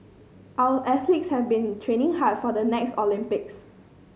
our athletes have been training hard for the next Olympics